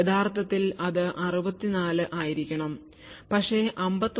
യഥാർത്ഥത്തിൽ അത് 64 ആയിരിക്കണം പക്ഷേ 59